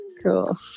Cool